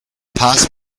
past